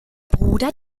bruder